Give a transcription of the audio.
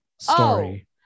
story